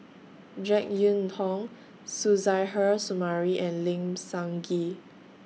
Jek Yeun Thong Suzairhe Sumari and Lim Sun Gee